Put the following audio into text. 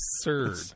absurd